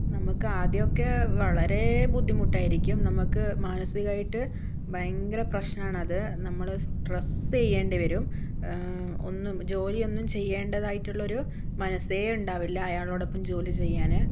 നമുക്ക് ആദ്യമൊക്കെ വളരേ ബുദ്ധിമുട്ടായിരിക്കും നമുക്ക് മാനസികമായിട്ട് ഭയങ്കര പ്രശ്നമാണത് നമ്മള് സ്ട്രെസ്സ് ചെയ്യേണ്ടി വരും ഒന്നും ജോലി ഒന്നും ചെയ്യേണ്ടതായിട്ടുള്ളൊരു മനസ്സേ ഉണ്ടാവില്ല അയാളോടൊപ്പം ജോലി ചെയ്യാൻ